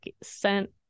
sent